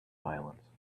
violence